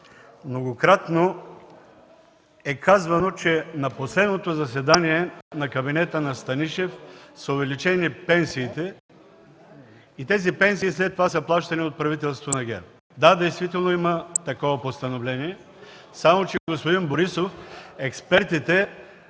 многократно е казано, че на последното заседание на кабинета на Станишев са увеличени пенсиите и те след това са плащани от правителството на ГЕРБ – да, действително има такова постановление. Само че, господин Борисов, експертите